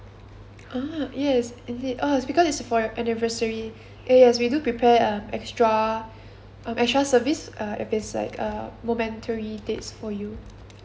ah yes indeed oh because it's for your anniversary yeah yes we do prepare uh extra uh extra service uh if it's like uh momentary dates for you